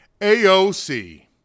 AOC